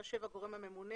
יתחשב הגורם הממונה,